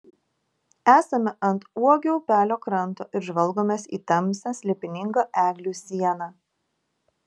esame ant uogio upelio kranto ir žvalgomės į tamsią slėpiningą eglių sieną